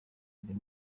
des